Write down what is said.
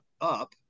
up